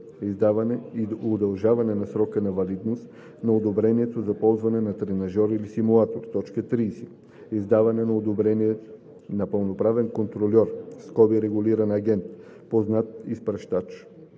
издаване и удължаване на срока на валидност на одобрението за ползване на тренажор или симулатор; 30. издаване на одобрения на пълноправен контрольор (регулиран агент), познат изпращач,